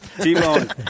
T-Bone